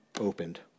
opened